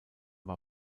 war